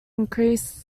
increased